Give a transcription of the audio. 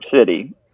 City